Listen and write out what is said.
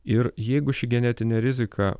ir jeigu ši genetinė rizika